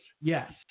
Yes